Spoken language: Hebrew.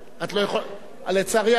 לצערי הרב,